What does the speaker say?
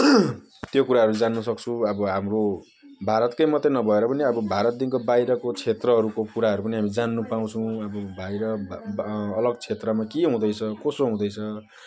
त्यो कुराहरू जान्नु सक्छौँ अब हाम्रो भारतकै मात्र नभएर पनि अब भारतदेखिको बाहिरको क्षेत्रहरूको कुराहरू पनि हामी जान्नु पाउँछौँ अब बाहिर अलग क्षेत्रमा के हुँदैछ कसो हुँदैछ